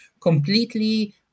completely